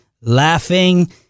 laughing